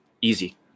easy